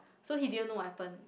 so he didn't know what happened